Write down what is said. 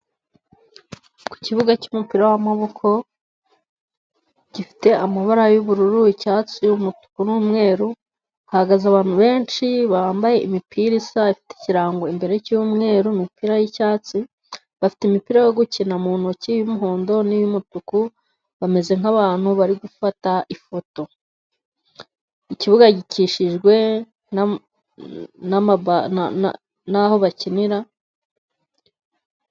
Ku kibuga cy'umupira w'amaboko gifite amabara y'ubururu, icyatsi, umutuku n'umweru hahagaze abantu benshi bambaye imipira isa, ifite ikirango imbere cy'umweru. Imipira y'icyatsi bafite imipira yo gukina mu ntoki y'umuhondo n'iy'umutuku, bameze nk'abantu bari gufata ifoto, ikibuga gikikijwe n'aho bakinira....